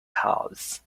house